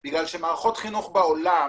משום שמערכות חינוך בעולם